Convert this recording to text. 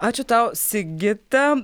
ačiū tau sigita